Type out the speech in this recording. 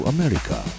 America